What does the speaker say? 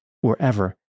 wherever